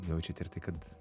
jaučiat ir tai kad